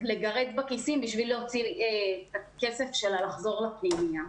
לגרד בכיסים בשביל להוציא כסף בשביל לחזור לפנימייה.